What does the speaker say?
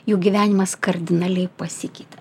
jų gyvenimas kardinaliai pasikeitė